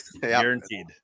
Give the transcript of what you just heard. guaranteed